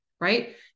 right